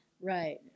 Right